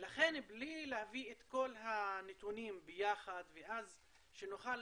לכן בלי להביא את כל הנתונים ביחד ואז שנוכל